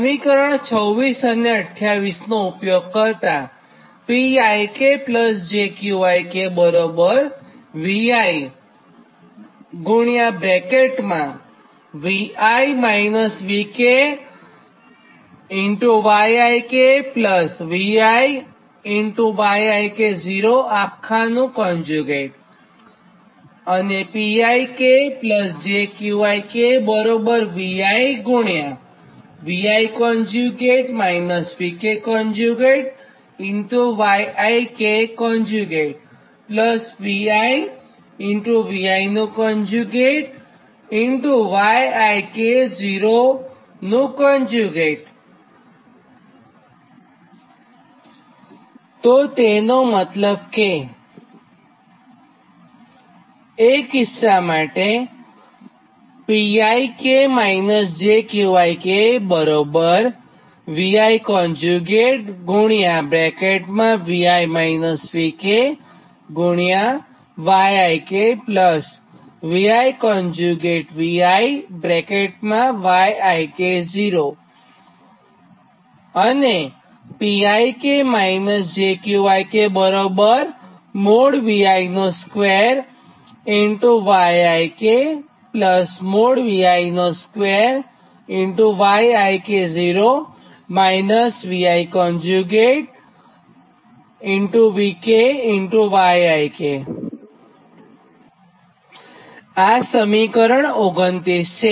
સમીકરણ 26 અને 28 નો ઊપયોગ કરતાં તો તેનો મતલબ કે એ કિસ્સા માટે આ સમીકરણ 29 છે